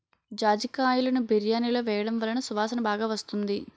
జాజికాయలును బిర్యానిలో వేయడం వలన సువాసన బాగా వస్తుంది